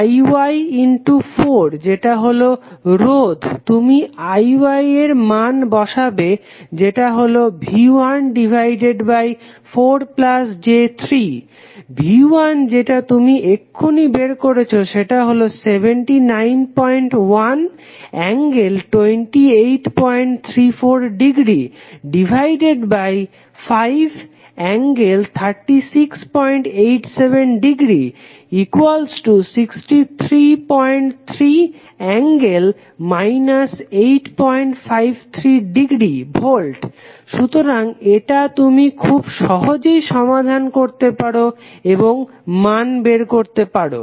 IY4 যেটা হলো রোধ তুমি IY এর মান বসাবে যেটা হলো V14j3 V1 যেটা তুমি এখুনি বের করেছো সেটা হলো 791∠2834◦ 5∠3687◦ 633∠−853◦ V সুতরাং এটা তুমি খুব সহজেই সমাধান করতে পারো এবং মান বের করতে পারো